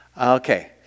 Okay